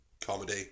comedy